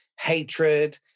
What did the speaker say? hatred